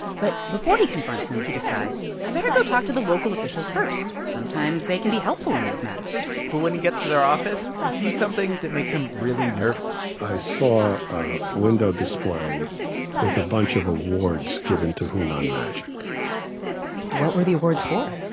but before he confronts him, he decides, i better go talk to the local officials first. sometimes, they can be helpful in these matters but when he gets to their office, he sees something that makes him really nervous i saw a window display with a bunch of awards given to hunan magic what were the awards for?